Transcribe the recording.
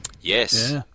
Yes